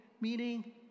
meaning